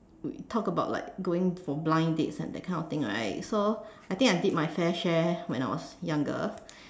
we talk about like going for blind dates and that kind of thing right so I think I did my fair share when I was younger